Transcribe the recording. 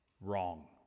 Wrong